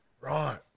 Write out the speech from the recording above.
Right